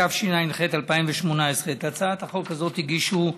התשע"ח 2018. את הצעת החוק הזאת הגישו,